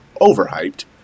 overhyped